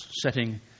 setting